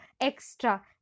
extra